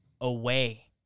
away